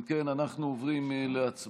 אם כן, אנחנו עוברים להצבעה